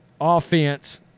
offense